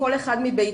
כל אחד מביתו,